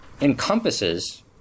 encompasses